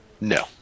No